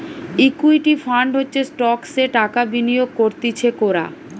equity fund হচ্ছে স্টকসে টাকা বিনিয়োগ করতিছে কোরা